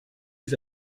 les